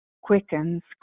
quickens